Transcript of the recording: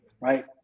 right